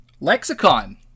Lexicon